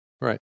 Right